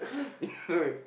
you